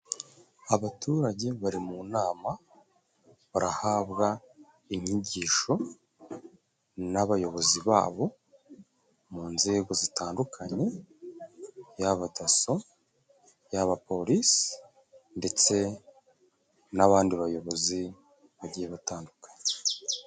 Abaturage bari mu nama barahabwa inyigisho n'abayobozi babo mu nzego zitandukanye, yaba daso, yaba polisi ndetse n'abandi bayobozi bagiye batandukana.